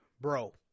bro